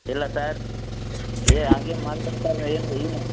ಇಲ್ಲ ಸರ್ ಏ ಹಾಗೇನು ಮಾಡಬೇಡಿ ಸರ್ ಏನು ಇನ್ನ